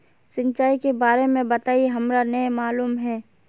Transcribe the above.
सिंचाई के बारे में बताई हमरा नय मालूम है?